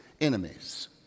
enemies